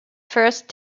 first